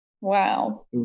Wow